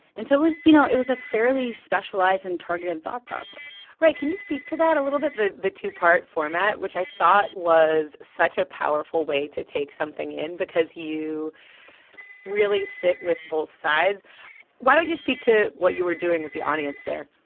and so it was you know, it was a fairly specialized and targeted thought process right. can you speak to that a little bit, the the two-part format, which i thought was such a powerful way to take something in because you really sit with both sides why you speak to what you were doing with the audience there?